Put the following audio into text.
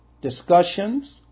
discussions